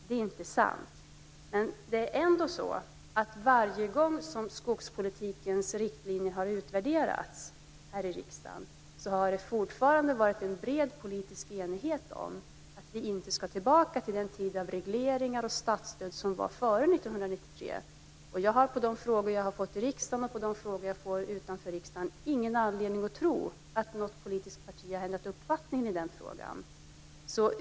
Men ändå har det varje gång riktlinjerna för skogspolitiken har utvärderats här i riksdagen rått bred politisk enighet om att vi inte ska tillbaka till den tid av regleringar och statsstöd som rådde före 1993. Mot bakgrund av de frågor jag får här i riksdagen och utanför riksdagen har jag ingen anledning att tro att något politiskt parti har ändrat uppfattning i den frågan.